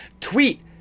Tweet